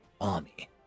army